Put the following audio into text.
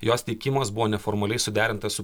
jos teikimas buvo neformaliai suderintas su